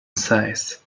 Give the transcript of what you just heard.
size